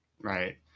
Right